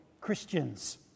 Christians